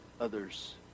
others